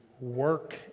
work